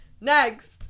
Next